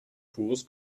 pures